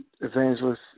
Evangelist